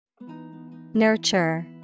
Nurture